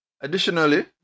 Additionally